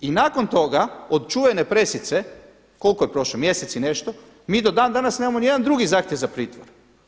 I nakon toga od čuvene pressice, koliko je prošlo, mjesec i nešto, mi do dan danas nemamo ni jedan drugi zahtjev za pritvor.